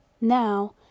Now